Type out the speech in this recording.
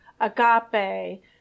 Agape